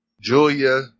Julia